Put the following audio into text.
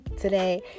today